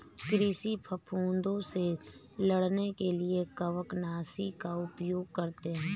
कृषि फफूदों से लड़ने के लिए कवकनाशी का उपयोग करते हैं